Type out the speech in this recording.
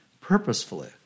purposefully